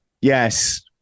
yes